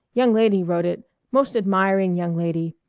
young lady wrote it most admiring young lady.